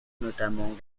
notamment